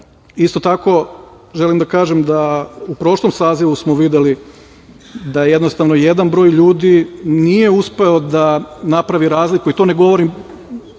deo. Isto tako, želim da kažem da smo u prošlom sazivu videli da jednostavno jedan broj ljudi nije uspeo da napravi razliku, i to ne govorim